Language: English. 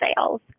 sales